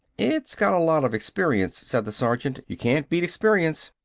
it's got a lot of experience, said the sergeant. you can't beat experience.